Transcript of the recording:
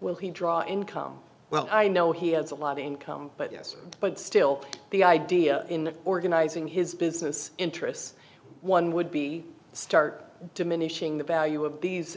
will he draw income well i know he has a lot of income but yes but still the idea in organizing his business interests one would be start diminishing the value of these